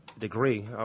Degree